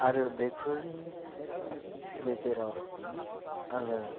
आरो बेफोरनि गेजेराव आङो